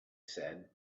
said